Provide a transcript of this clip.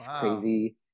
crazy